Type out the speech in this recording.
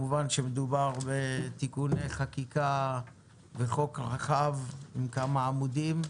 מדובר בתיקון לחקיקה של חוק רחב עם כמה עמודים.